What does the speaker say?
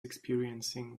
experiencing